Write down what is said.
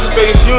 Space